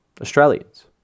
Australians